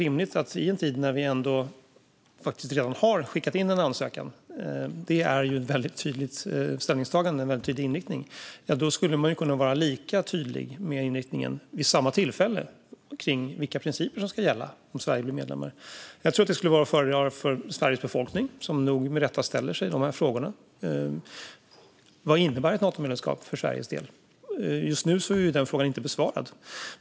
I en tid när vi redan har skickat in en ansökan, vilket ju är ett väldigt tydligt ställningstagande och en väldigt tydlig inriktning, kan jag tycka att det vore rimligt att vid samma tillfälle vara lika tydlig med inriktningen kring vilka principer som ska gälla om Sverige blir medlem. Jag tror att det skulle vara att föredra för Sveriges befolkning, som nog med rätta ställer sig frågan vad ett Natomedlemskap innebär för Sveriges del. Just nu är den frågan inte besvarad.